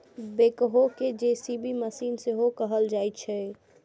backhoe कें JCB machine सेहो कहल जाइ छै